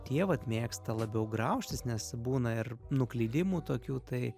tie vat mėgsta labiau graužtis nes būna ir nuklydimų tokių tai